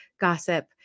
gossip